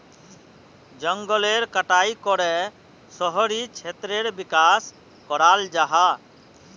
जनगलेर कटाई करे शहरी क्षेत्रेर विकास कराल जाहा